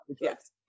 Yes